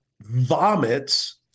vomits